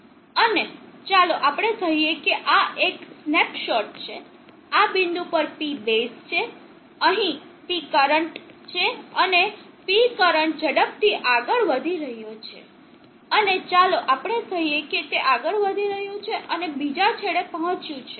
અને ચાલો આપણે કહીએ કે આ એક સ્નેપશોટ છે આ બિંદુ પર P બેઝ છે અહીં P કરંટ અહીં છે અને P કરંટ ઝડપથી આગળ વધી રહ્યો છે અને ચાલો આપણે કહીએ કે તે આગળ વધી રહ્યું છે અને બીજા છેડે પહોંચ્યું છે